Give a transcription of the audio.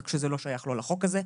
רק שזה לא שייך לחוק הזה,